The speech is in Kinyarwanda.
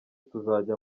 tuzajya